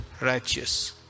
righteous